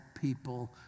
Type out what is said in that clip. people